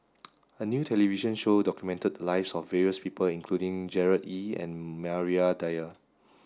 a new television show documented the lives of various people including Gerard Ee and Maria Dyer